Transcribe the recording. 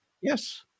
Yes